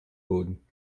boden